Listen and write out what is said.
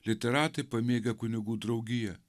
literatai pamėgę kunigų draugiją